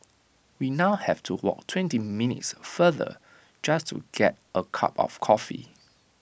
we now have to walk twenty minutes farther just to get A cup of coffee